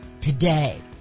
today